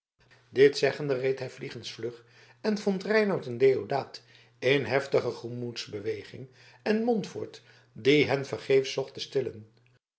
dit zeggende reed hij vliegens terug en vond reinout en deodaat in heftige gemoedsbeweging en montfoort die hen vergeefs zocht te stillen